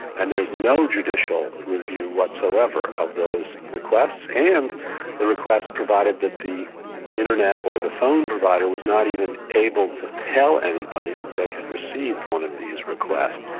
and there's no judicial review whatsoever of those requests. and the requests provided that the internet or the phone provider was not even able to tell anybody that they had received one of these requests.